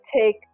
take